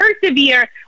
persevere